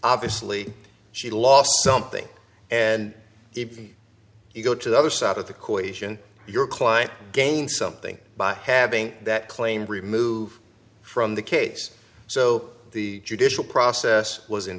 obviously she lost something and if you go to the other side of the coalition your client gained something by having that claim removed from the case so the judicial process was in